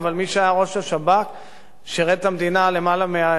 שירת את המדינה, כמעט 40 שנה הוא שירת את המדינה,